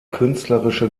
künstlerische